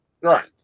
Right